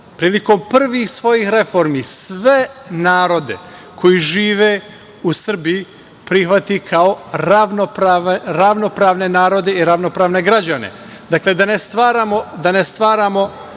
prilikom prvih svojih reformi, sve narode koje žive u Srbiji prihvati kao ravnopravne narode i ravnopravne građane. Dakle, da ne stvaramo